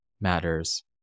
matters